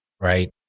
right